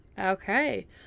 Okay